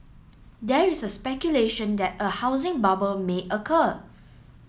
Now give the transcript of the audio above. there is a speculation that a housing bubble may occur